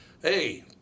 Hey